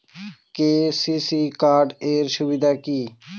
KCC card এর সুবিধা কি?